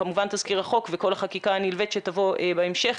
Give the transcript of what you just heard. כמובן תזכיר החוק וכל החקיקה הנלווית שתבוא בהמשך,